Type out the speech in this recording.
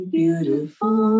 beautiful